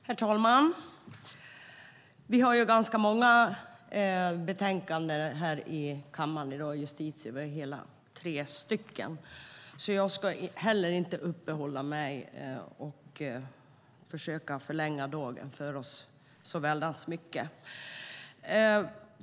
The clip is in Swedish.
Herr talman! I dag debatterar vi hela tre betänkanden från justitieutskottet i kammaren. Jag ska därför inte förlänga denna debatt så mycket.